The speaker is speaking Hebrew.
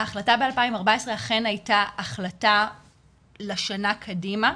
ההחלטה ב-2014 אכן הייתה לשנה קדימה.